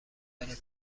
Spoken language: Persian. داره